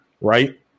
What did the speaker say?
right